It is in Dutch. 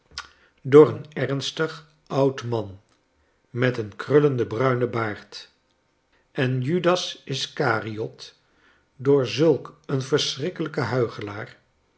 door een ernstig oud man met een krullenden bruinen baard en judas iscariot door zulk een verschrikkelijken